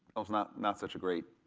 it was not not such a great,